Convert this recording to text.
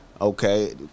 Okay